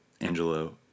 Angelo